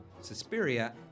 Suspiria